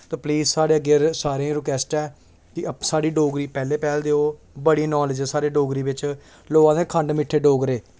ते प्लीज़ साढ़े अग्गें सारें ई रिक्वेस्ट ऐ कि साढ़ी डोगरी गी पैह्ले पैह्ल देओ बड़ी नॉलेज़ ऐ साढ़े डोगरी बिच ते लोग आखदे खंड मिट्ठे डोगरे